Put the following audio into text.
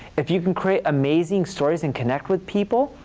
if you can create amazing stories and connect with people,